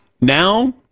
Now